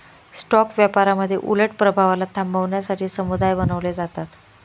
stock व्यापारामध्ये उलट प्रभावाला थांबवण्यासाठी समुदाय बनवले जातात